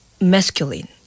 masculine